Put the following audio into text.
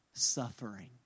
suffering